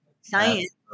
science